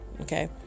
okay